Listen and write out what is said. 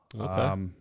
Okay